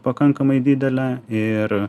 pakankamai didelė ir